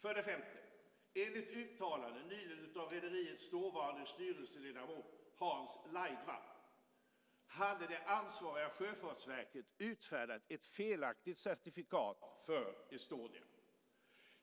För det femte: Enligt uttalanden nyligen av rederiets dåvarande styrelseledamot Hans Laidwa hade det ansvariga sjöfartsverket utfärdat ett felaktigt certifikat för Estonia.